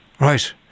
Right